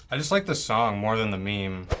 just like the song more than the meme. ooh!